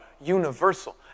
universal